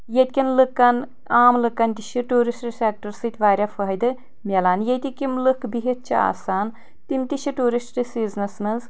ییٚتۍکٮ۪ن لُکن عام لُکن تہِ چھِ ٹیورسٹ سیٚکٹر سۭتۍ واریاہ فٲیدٕ مِلان یتِکۍ یِم لُکھ بِہتھ چھِ آسان تِم تہِ چھِ ٹیوٗرسٹ سیزنس منٛز